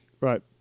Right